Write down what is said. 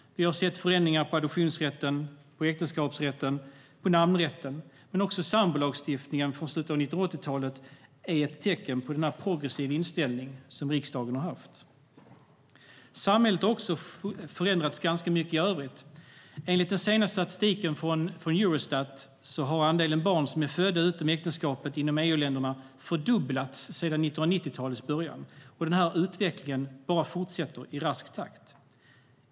Vi har sett förändringar inom adoptionsrätten, äktenskapsrätten och namnrätten, men också sambolagstiftningen från slutet av 1980-talet är ett tecken på den progressiva inställning som riksdagen har haft. Även i övrigt har samhället förändrats ganska mycket. Enligt den senaste statistiken från Eurostat har andelen barn som är födda utom äktenskapet inom EU-länderna fördubblats sedan 1990-talets början, och den utvecklingen fortsätter i rask takt.